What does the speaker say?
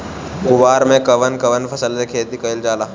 कुवार में कवने कवने फसल के खेती कयिल जाला?